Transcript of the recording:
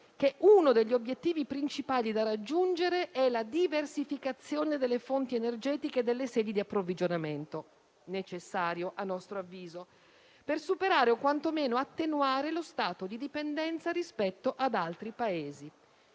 che «uno degli obiettivi principali da raggiungere è la diversificazione delle fonti energetiche e delle sedi di approvvigionamento» - un obiettivo necessario, a nostro avviso - «per superare o quanto meno attenuare lo stato di dipendenza rispetto ad altri Paesi».